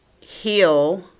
heal